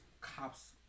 cops